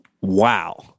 wow